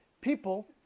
people